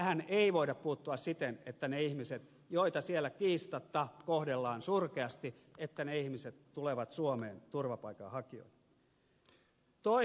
tähän ei voida puuttua siten että ne ihmiset joita siellä kiistatta kohdellaan surkeasti tulevat suomeen turvapaikanhakijoina